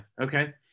okay